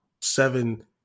seven